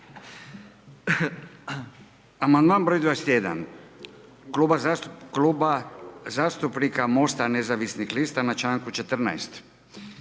Amandman broj 3 kluba zastupnika Mosta nezavisnih lista.